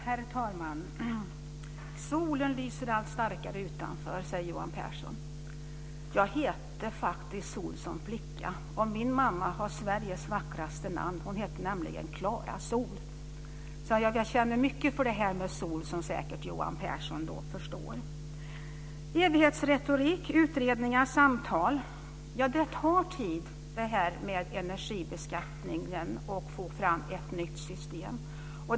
Herr talman! Solen lyser allt starkare utanför, säger Johan Pehrson. Jag hette faktiskt Sohl som flicka, och min mamma har Sveriges vackraste namn. Hon heter nämligen Klara Sohl. Jag känner mycket för solen, som säkert Johan Pehrson förstår. Man nämnde evighetsretorik, utredningar och samtal. Ja, att få fram ett nytt system för energibeskattningen tar tid.